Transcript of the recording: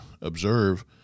observe